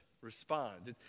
responds